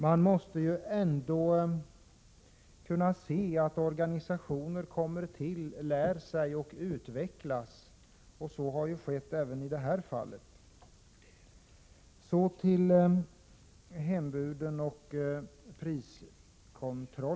Man måste ändå kunna se att organisationer kommer till, lär sig och utvecklas. Så har skett även i detta fall. Så till frågan om hembud och priskontroll.